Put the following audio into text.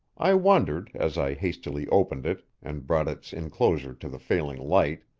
i wondered, as i hastily opened it and brought its inclosure to the failing light,